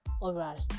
oral